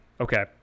okay